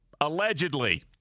allegedly